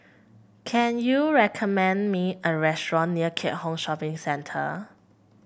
can you recommend me a restaurant near Keat Hong Shopping Centre